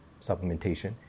supplementation